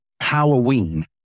Halloween